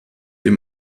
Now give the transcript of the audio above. dem